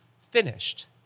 finished